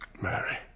Mary